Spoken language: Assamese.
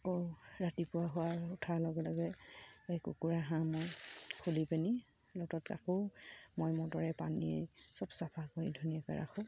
আকৌ ৰাতিপুৱা হোৱাৰ উঠাৰ লগে লগে এই কুকুৰা হাঁহ মই খুলি পিনি সিহঁতক আকৌ মই মটৰে পানী চব চাফা কৰি ধুনীয়াকৈ ৰাখোঁ